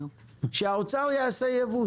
שהאוצר יעשה ייבוא,